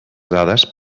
dades